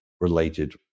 related